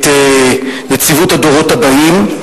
את נציבות הדורות הבאים,